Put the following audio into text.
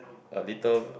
a little